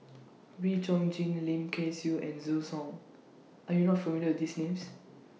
Wee Chong Jin Lim Kay Siu and Zhu Hong Are YOU not familiar with These Names